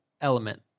element